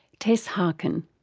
tess harkin.